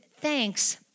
thanks